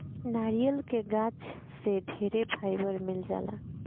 नारियल के गाछ से ढेरे फाइबर मिल जाला